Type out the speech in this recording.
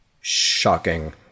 Shocking